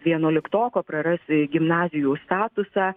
vienuoliktoko praras gimnazijų statusą